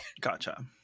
Gotcha